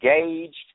engaged